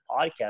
podcast